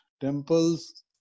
temples